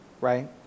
right